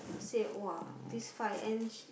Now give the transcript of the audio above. say !wah! this five ends